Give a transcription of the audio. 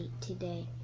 today